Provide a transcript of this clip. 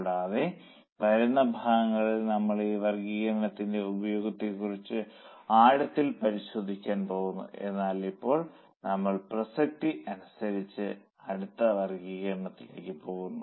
കൂടാതെ വരുന്ന ഭാഗങ്ങളിൽ നമ്മൾ ഈ വർഗ്ഗീകരണത്തിന്റെ ഉപയോഗത്തെക്കുറിച്ച് ആഴത്തിൽ പരിശോധിക്കാൻ പോകുന്നു എന്നാൽ ഇപ്പോൾ നമ്മൾ പ്രസക്തി അനുസരിച്ച് അടുത്ത വർഗ്ഗീകരണത്തിലേക്ക് പോകുന്നു